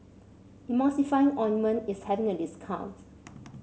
Emulsying Ointment is having a discount